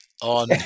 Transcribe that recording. on